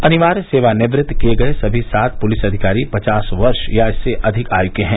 अनिवार्य सेवानिवृत्त किए गए सभी सात पुलिस अधिकारी पचास वर्ष या इससे अधिक आय् के हैं